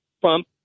Trump